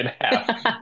half